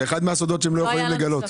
זה אחד מהסודות שהם לא יכולים לגלות.